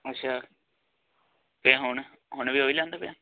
ਅੱਛਾ ਤੇ ਹੁਣ ਹੁਣ ਵੀ ਉਹ ਹੀ ਲਾਉਂਦਾ ਪਿਆ